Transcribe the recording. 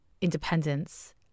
independence